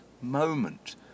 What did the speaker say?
moment